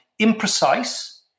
imprecise